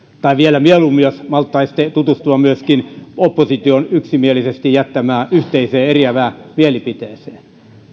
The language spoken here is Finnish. tai vielä mieluummin jos malttaisitte tutustua myöskin opposition yksimielisesti jättämään yhteiseen eriävään mielipiteeseen